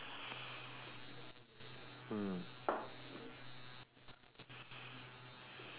mm